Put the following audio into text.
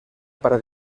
para